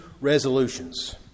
resolutions